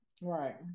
Right